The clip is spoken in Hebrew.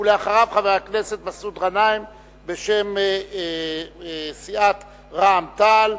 אחריו, חבר הכנסת מסעוד גנאים בשם סיעת רע"ם-תע"ל.